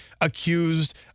accused